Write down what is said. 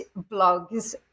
blogs